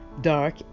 dark